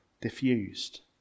diffused